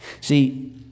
See